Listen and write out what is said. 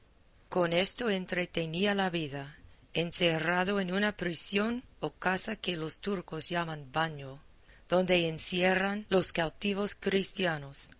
con esto entretenía la vida encerrado en una prisión o casa que los turcos llaman baño donde encierran los cautivos cristianos